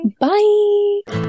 Bye